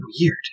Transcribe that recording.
weird